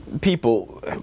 people